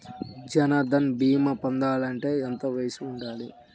జన్ధన్ భీమా పొందాలి అంటే ఎంత వయసు ఉండాలి?